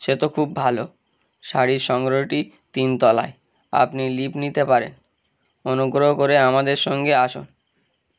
সে তো খুব ভালো শাড়ির সংগ্রহটি তিন তলায় আপনি লিভ নিতে পারেন অনুগ্রহ করে আমাদের সঙ্গে আসুন